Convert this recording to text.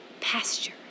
pasture